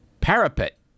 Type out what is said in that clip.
parapet